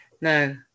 no